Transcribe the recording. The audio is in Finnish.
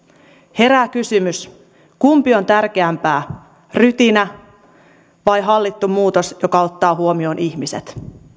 herää kysymys kumpi on tärkeämpää rytinä vai hallittu muutos joka ottaa huomioon ihmiset